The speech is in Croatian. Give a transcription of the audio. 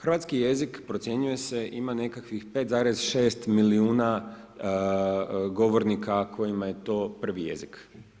Hrvatski jezik, procjenjuje se, ima nekakvih 5,6 milijuna govornika kojima je to prvi jezik.